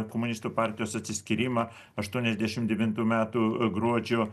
komunistų partijos atsiskyrimą aštuoniasdešim devintų metų gruodžio